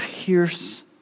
Pierce